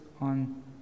on